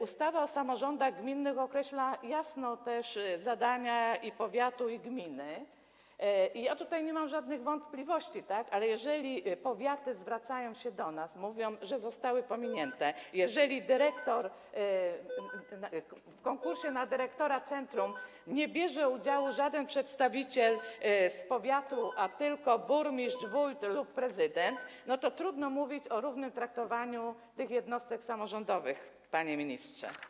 Ustawa o samorządach gminnych określa jasno zadania powiatu i gminy i ja tutaj nie mam żadnych wątpliwości, ale jeżeli powiaty zwracają się do nas, mówią, że zostały pominięte, jeżeli w konkursie na dyrektora centrum nie bierze udziału żaden przedstawiciel powiatu, a bierze udział tylko burmistrz, wójt lub prezydent, to trudno mówić o równym traktowaniu tych jednostek samorządowych, panie ministrze.